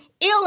Ill